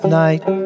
night